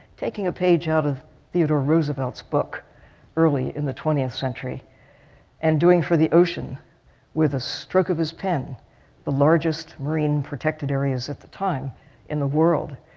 taking a page out of theodore roosevelt's book early in the twentieth century and doing for the ocean with a stroke of his pen the largest marine protected areas at the time in the world,